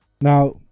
Now